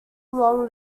along